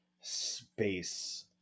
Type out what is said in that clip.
space